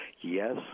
Yes